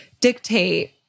dictate